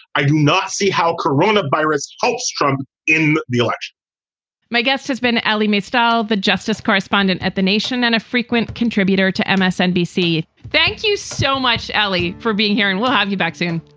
i do not see how corona virus helps trump in the election my guest has been alima style, the justice correspondent at the nation and a frequent contributor to msnbc. thank you so much, ali, for being here and we'll have you back soon.